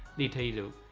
dataedo.